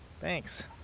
thanks